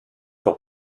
pour